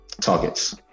targets